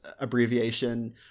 abbreviation